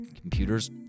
computers